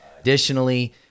Additionally